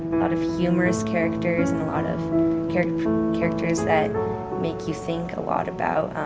a lot of humorous characters and a lot of characters characters that make you think a lot about